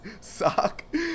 sock